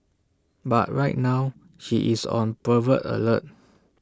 but right now she is on pervert alert